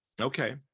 Okay